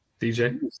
DJ